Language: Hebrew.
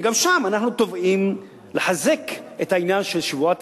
וגם בו אנחנו תובעים לחזק את העניין של שבועת